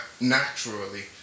naturally